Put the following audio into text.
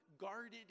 guarded